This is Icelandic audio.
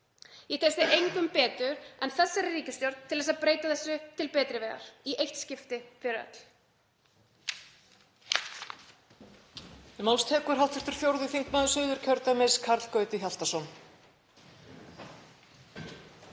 Ég treysti engum betur en þessari ríkisstjórn til að breyta þessu til betri vegar í eitt skipti fyrir öll.